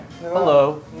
Hello